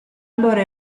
allora